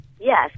Yes